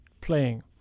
playing